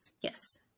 Yes